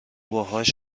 باهاش